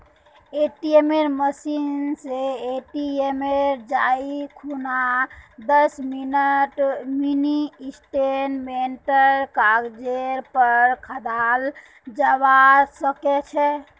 एटीएमेर माध्यम स एटीएमत जाई खूना दस मिनी स्टेटमेंटेर कागजेर पर दखाल जाबा सके छे